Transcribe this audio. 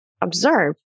observe